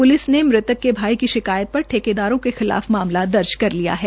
police ने मुतक के भाई की शिकायत पर ठेकादारों के खिलाफ मामला दर्ज कर लिया है